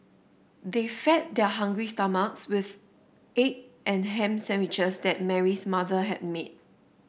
they fed their hungry stomachs with egg and ham sandwiches that Mary's mother had made